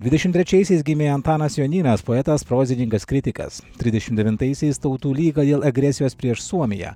dvidešim trečiaisiais gimė antanas jonynas poetas prozininkas kritikas tridešim devintaisiais tautų lyga dėl agresijos prieš suomiją